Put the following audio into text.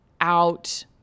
out